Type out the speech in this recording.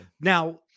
Now